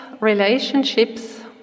relationships